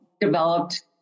developed